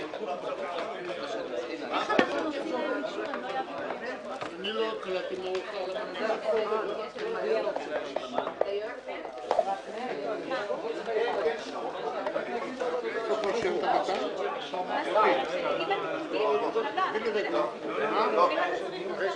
13:19.